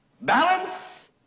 Balance